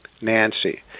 Nancy